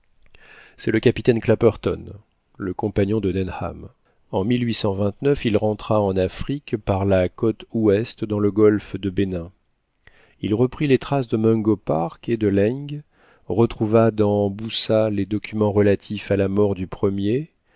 c'est le capitaine clapperton le compagnon de denham en il rentra en afrique par la côte ouest dans le golfe de bénin il reprit les traces de mungo park et de laing retrouva dans boussa les documents relatifs à la mort du premier